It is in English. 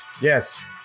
yes